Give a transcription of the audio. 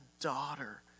daughter